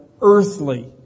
earthly